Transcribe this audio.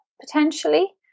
potentially